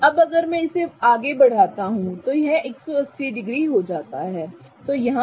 अगर मैं इसे आगे बढ़ाता हूं तो यह 180 डिग्री हो जाता है ठीक है